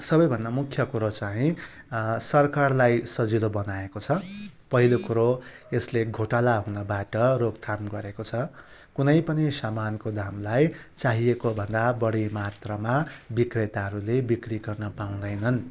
सबैभन्दा मुख्य कुरो चाहिँ सरकारलाई सजिलो बनाएको छ पहिलो कुरो यसले छोटाला हुनबाट रोकथाम गरेको छ कुनै पनि सामानको दामलाई चाहिएकोभन्दा बढी मात्रामा विक्रेताहरूले बिक्री गर्न पाउँदैनन्